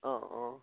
অঁ অঁ